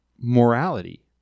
morality